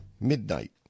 midnight